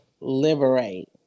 liberate